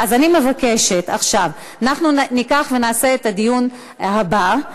אז אני מבקשת עכשיו: אנחנו נעשה את הדיון הבא,